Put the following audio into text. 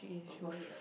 I'll vomit ah